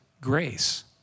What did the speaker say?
grace